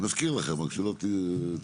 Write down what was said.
אני מזכיר לכם רק שלא תשכחו.